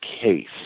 case